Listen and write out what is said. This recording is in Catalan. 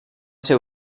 ser